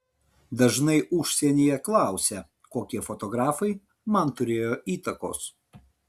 dažnai užsienyje klausia kokie fotografai man turėjo įtakos